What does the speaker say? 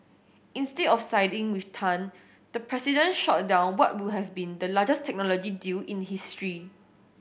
instead of siding with Tan the president shot down what would have been the largest technology deal in history